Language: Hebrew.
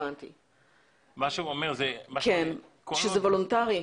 שהוא אומר ש --- שזה וולונטרי.